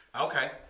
Okay